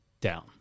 down